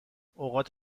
اوقات